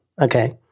Okay